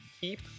keep